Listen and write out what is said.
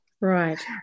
Right